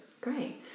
Great